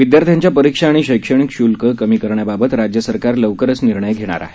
विद्यार्थ्यांच्या परीक्षा आणि शैक्षणिक शुल्क कमी करण्याबाबत राज्य सरकार लवकरच निर्णय घेणार आहे